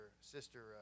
Sister